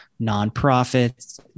nonprofits